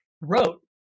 wrote